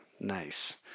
Nice